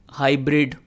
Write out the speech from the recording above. hybrid